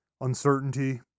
uncertainty